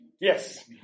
Yes